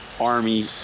Army